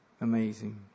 Amazing